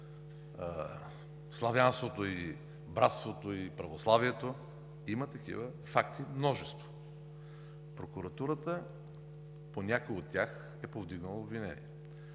славянството, и братството, и православието. Има такива факти множество. Прокуратурата по някои от тях е повдигнала обвинения.